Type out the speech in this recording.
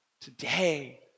Today